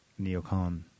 neocon